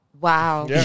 Wow